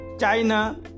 China